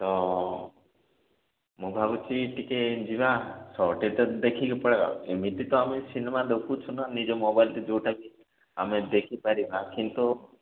ତ ମୁଁ ଭାବୁଛି ଟିକେ ଯିବା ଦେଖିକି ପଳାଇବା ଏମିତି ତ ଆମେ ସିନେମା ଦେଖୁଛୁ ନା ନିଜ ମୋବାଇଲ୍ରେ ଯେଉଁଟାକି ଆମେ ଦେଖିପାରିବା କିନ୍ତୁ